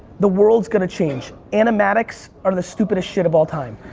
the world's gonna change, animatics are the stupidest shit of all time